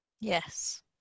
Yes